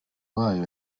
wayo